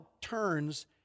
turns